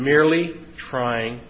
merely trying